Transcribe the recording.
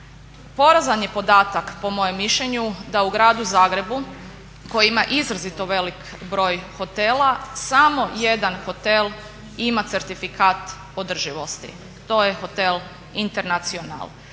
Porazan je podatak po mojem mišljenju da u gradu Zagrebu koji ima izrazito velik broj hotela samo jedan hotel ima certifikat održivosti, to je hotel Internacional.